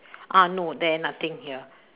ah no there nothing here